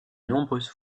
nombreuses